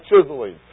chiseling